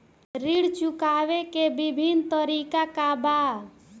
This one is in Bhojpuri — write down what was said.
ऋण चुकावे के विभिन्न तरीका का बा?